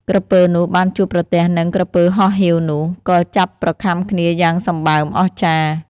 ក្រពើនោះបានជួបប្រទះនឹងក្រពើហោះហៀវនោះ ក៏ចាប់ប្រខាំគ្នាយ៉ាងសម្បើមអស្ចារ្យ។